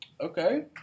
okay